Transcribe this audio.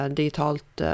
digitalt